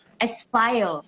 Aspire